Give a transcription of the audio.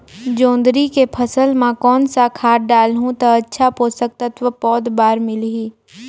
जोंदरी के फसल मां कोन सा खाद डालहु ता अच्छा पोषक तत्व पौध बार मिलही?